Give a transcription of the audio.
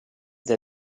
dai